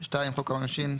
"(2) חוק העונשין,